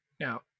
Now